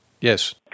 Yes